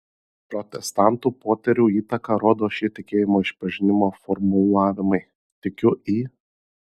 protestantų poterių įtaką rodo šie tikėjimo išpažinimo formulavimai tikiu į